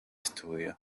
estudio